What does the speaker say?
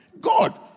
God